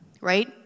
right